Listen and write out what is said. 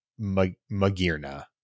Magirna